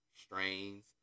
strains